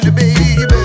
baby